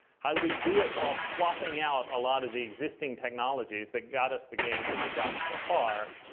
how do we do it while swapping out a lot of the existing technologies that got us the gains that we've gotten so far?